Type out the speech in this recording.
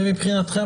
מבחינתכם,